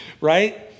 right